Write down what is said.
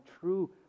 true